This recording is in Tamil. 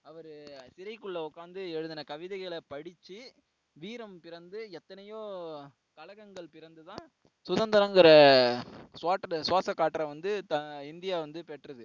அவர் சிறைக்குள்ளே உட்காந்து எழுதின கவிதைகளை படித்து வீரம் பிறந்து எத்தனையோ கழகங்கள் பிறந்து தான் சுதந்திரம்கிற ஸ்வாசக் காற்றை வந்து இந்தியா வந்து பெற்றது